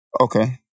Okay